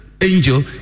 angel